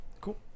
Cool